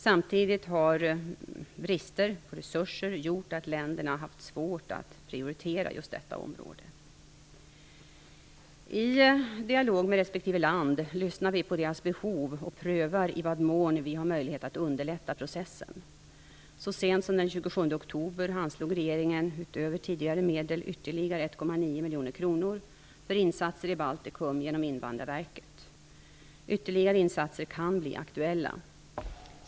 Samtidigt har bristen på resurser gjort att länderna haft svårt att prioritera just detta område. I dialog med respektive land lyssnar vi på dess behov och prövar i vad mån vi har möjlighet att underlätta processen. Så sent som den 26 oktober anslog regeringen utöver tidigare medel ytterligare 1,9 miljoner kronor för insatser i Baltikum genom Invandrarverket. Ytterligare insatser kan bli aktuella.